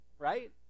right